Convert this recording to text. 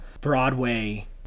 broadway